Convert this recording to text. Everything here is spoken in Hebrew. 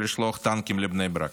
טנקים לבני ברק.